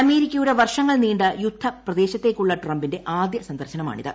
അമേരിക്കയുടെ വർഷങ്ങൾ നീണ്ട യുദ്ധ പ്രദേശത്തേക്കുള്ള ട്രംപിന്റെ ആദ്യ സന്ദർശനമാണിത്